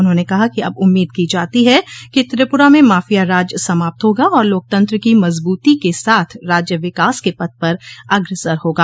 उन्होंने कहा कि अब उम्मीद की जाती है कि त्रिपुरा में माफियाराज समाप्त होगा और लोकतंत्र की मजबूती के साथ राज्य विकास के पथ पर अग्रसर होगा